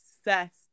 obsessed